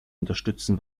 unterstützen